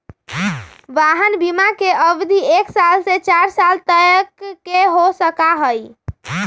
वाहन बिमा के अवधि एक साल से चार साल तक के हो सका हई